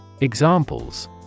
Examples